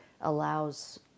allows